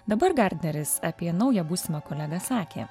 dabar gardneris apie naują būsimą kolegą sakė